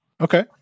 Okay